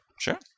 Sure